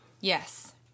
Yes